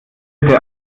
bitte